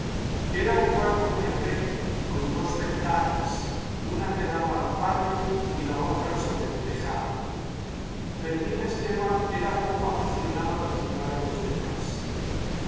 era un cuarto muy alegre con dos ventanas una que daba a un patio y la otra sobre el tejado fermín esteban era poco aficionado a vigilar a los demás